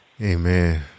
Amen